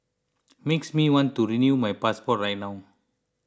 makes me want to renew my passport right now